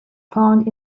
found